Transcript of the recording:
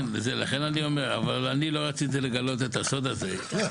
כן, אני לא רציתי לגלות את הסוד הזה (בהלצה).